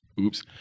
Oops